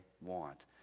want